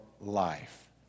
life